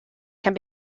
can